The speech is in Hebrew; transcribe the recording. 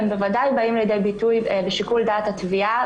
הם בוודאי באים לידי ביטוי בשיקול דעת התביעה,